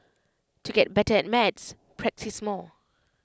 to get better at maths practise more